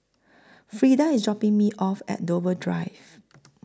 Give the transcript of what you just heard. Freeda IS dropping Me off At Dover Drive